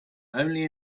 only